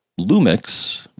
Lumix